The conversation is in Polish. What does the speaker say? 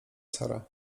sara